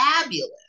fabulous